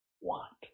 want